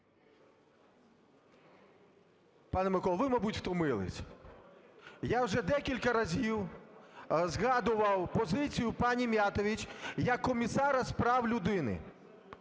Пане Миколо, ви, мабуть, втомилися. Я вже декілька разів згадував позицію пані Міятович як Комісара з прав людини.